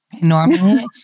Normally